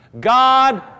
God